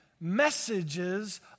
messages